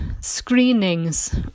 screenings